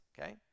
Okay